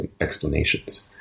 explanations